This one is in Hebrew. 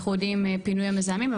אנחנו יודעים פינוי המזהמים,